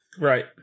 Right